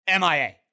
MIA